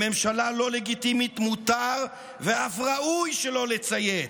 לממשלה לא לגיטימית מותר ואף ראוי שלא לציית.